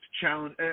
challenge